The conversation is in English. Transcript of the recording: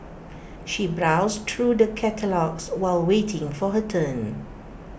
she browsed through the catalogues while waiting for her turn